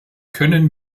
können